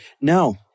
No